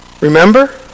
Remember